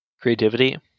Creativity